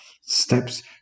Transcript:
steps